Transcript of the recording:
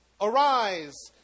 Arise